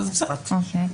בסדר,